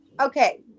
okay